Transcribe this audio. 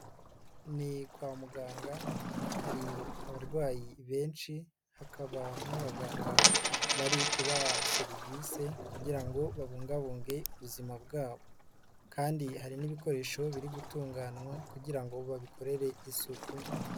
Ni kwa muganga, hari abarwayi benshi, hakaba n'abaganga bari kubaha serivisi kugira ngo babungabunge ubuzima bwabo kandi hari n'ibikoresho biri gutunganywa kugira ngo babikorere isuku.